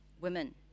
Women